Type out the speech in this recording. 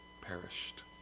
perished